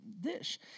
dish